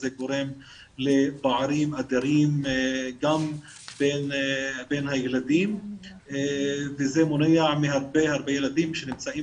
זה גורם לפערים אדירים גם בין הילדים וזה מונע מהרבה הרבה ילדים שנמצאים